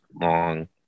long